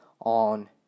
On